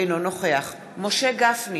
אינו נוכח משה גפני,